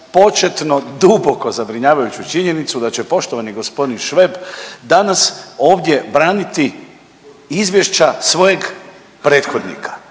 početno duboko zabrinjavajuću činjenicu da će poštovani gospodin Šveb danas ovdje braniti izvješća svojeg prethodnika